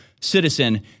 citizen